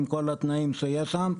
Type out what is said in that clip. עם כל התנאים שיש שם,